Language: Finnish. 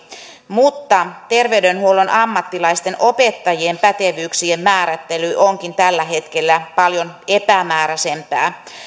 mutta terveydenhuollon ammattilaisten opettajien pätevyyksien määrittely onkin tällä hetkellä paljon epämääräisempää